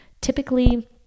typically